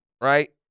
right